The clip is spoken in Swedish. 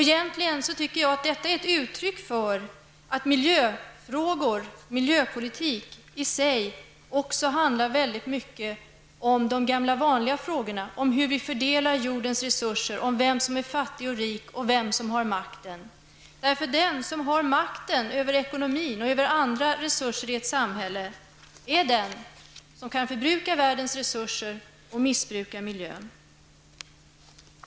Egentligen tycker jag att detta är ett uttryck för att miljöfrågor, miljöpolitik, i sig också handlar väldigt mycket om de gamla vanliga frågorna, om hur vi fördelar jordens resurser, om vem som är fattig eller rik och vem som har makten. Den har som har makten över ekonomin och andra resurser i ett samhälle är den som kan förbruka världens resurser och missbruka miljön.